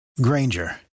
Granger